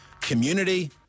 community